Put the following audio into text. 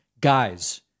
guys